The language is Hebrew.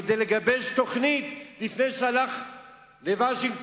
כדי לגבש תוכנית לפני שהלך לוושינגטון,